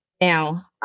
Now